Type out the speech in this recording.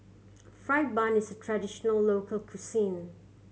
fried bun is a traditional local cuisine